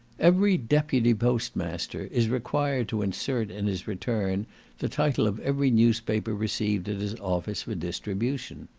every deputy post-master is required to insert in his return the title of every newspaper received at his office for distribution.